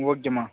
okay அம்மா